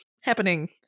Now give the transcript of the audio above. happening